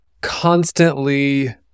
constantly